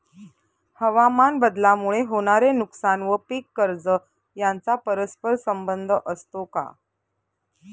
हवामानबदलामुळे होणारे नुकसान व पीक कर्ज यांचा परस्पर संबंध असतो का?